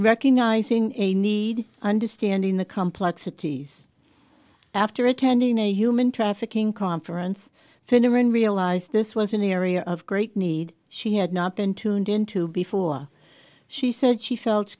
recognizing a need understanding the complexities after attending a human trafficking conference finneran realized this was an area of great need she had not been tuned into before she said she felt